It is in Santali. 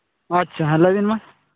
ᱟᱪᱪᱷᱟ ᱦᱮᱸ ᱞᱟᱹᱭᱵᱤᱱ ᱢᱟ